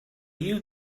you